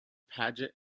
paget